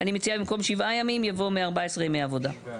אני מציעה במקום "7 ימים" יבוא "14 ימי עבודה".